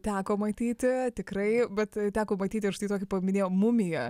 teko matyti tikrai bet teko matyti ir štai tokį paminėjo mumija